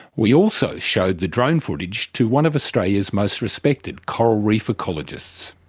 we also showed the drone footage to one of australia's most respected coral reef ecologists.